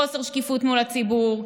חוסר שקיפות מול הציבור,